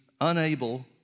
unable